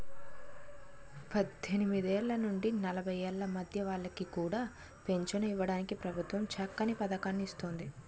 పద్దెనిమిదేళ్ల నుండి నలభై ఏళ్ల మధ్య వాళ్ళకి కూడా పెంచను ఇవ్వడానికి ప్రభుత్వం చక్కని పదకాన్ని ఇస్తోంది